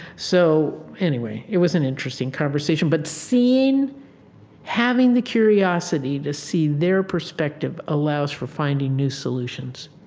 so anyway, it was an interesting conversation. but seeing having the curiosity to see their perspective allows for finding new solutions.